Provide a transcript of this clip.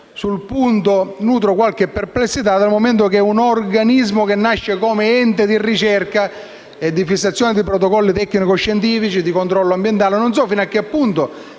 Sul punto nutro qualche perplessità, dal momento che un organismo che nasce come ente di ricerca, di fissazione di protocolli tecnico-scientifici e di controllo ambientale non so fino a che punto